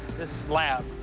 this slab.